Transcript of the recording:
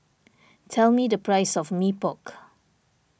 tell me the price of Mee Pok